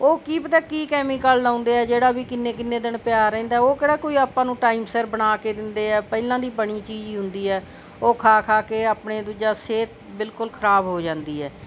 ਉਹ ਕੀ ਪਤਾ ਕੀ ਕੈਮੀਕਲ ਲਾਉਂਦੇ ਹੈ ਜਿਹੜਾ ਵੀ ਕਿੰਨੇ ਕਿੰਨੇ ਦਿਨ ਪਿਆ ਰਹਿੰਦਾ ਉਹ ਕਿਹੜਾ ਕੋਈ ਆਪਾਂ ਨੂੰ ਟਾਈਮ ਸਿਰ ਬਣਾ ਕੇ ਦਿੰਦੇ ਹੈ ਪਹਿਲਾਂ ਦੀ ਬਣੀ ਚੀਜ਼ ਹੀ ਹੁੰਦੀ ਹੈ ਉਹ ਖਾ ਖਾ ਕੇ ਆਪਣੇ ਦੂਜਾ ਸਿਹਤ ਬਿਲਕੁਲ ਖਰਾਬ ਹੋ ਜਾਂਦੀ ਹੈ